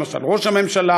למשל ראש הממשלה,